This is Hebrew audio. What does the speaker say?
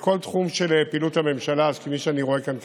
וכל תחום של פעילות חברי הממשלה שאני רואה כאן כרגע,